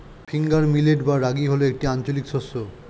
finger millet বা রাগী হল একটি আঞ্চলিক শস্য